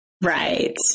Right